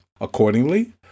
Accordingly